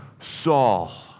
Saul